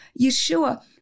Yeshua